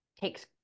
takes